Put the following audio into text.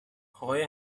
آقای